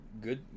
good